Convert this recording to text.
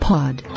Pod